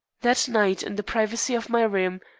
that night, in the privacy of my room,